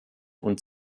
und